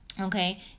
Okay